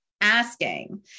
asking